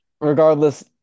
regardless